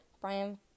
Brian